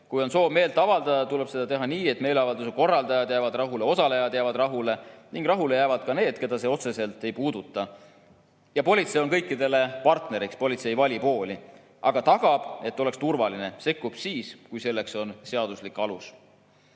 Kui on soov meelt avaldada, tuleb seda teha nii, et meeleavalduse korraldajad jäävad rahule, osalejad jäävad rahule ning rahule jäävad ka need, keda see otseselt ei puuduta. Ja politsei on kõikidele partneriks. Politsei ei vali pooli, aga tagab, et oleks turvaline, sekkub siis, kui selleks on seaduslik alus.